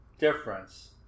difference